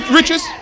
riches